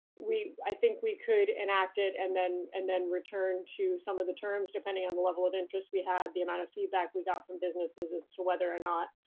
we i think we could enactact it and then and then return to some of the terms depending on the level of interest we had, the amount of feedback we got from businesses as to whether or not